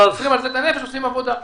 עושים עבודה.